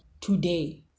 today